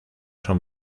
son